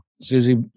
Susie